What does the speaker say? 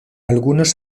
algunos